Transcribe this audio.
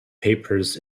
papers